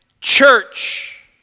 church